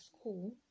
school